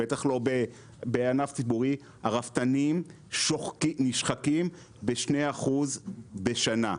בטח לא בענף ציבורי - הרפתנים נשחקים ב-2% בשנה.